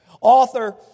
Author